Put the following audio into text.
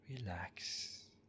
Relax